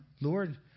Lord